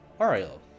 Ariel